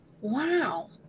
Wow